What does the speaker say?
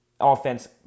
offense